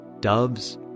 Doves